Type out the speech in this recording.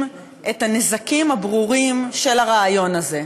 את הנזקים הברורים של הרעיון הזה,